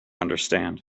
understand